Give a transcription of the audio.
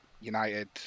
United